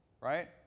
right